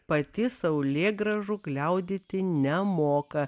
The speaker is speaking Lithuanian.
pati saulėgrąžų gliaudyti nemoka